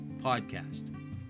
Podcast